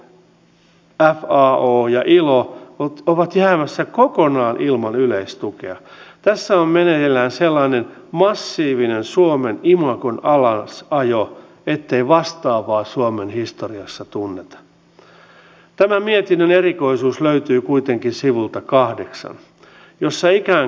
team finland on saanut uuden kotimaan palvelumallin joka lähtee asiakaslähtöisyydestä ja siitä että toimitaan yhden luukun periaatteella eli suomalainen pk yritys saa kaikki tarvitsemansa palvelut yhdeltä luukulta oli kyse sitten viennin edistämisestä taikka rahoituksen hakemisesta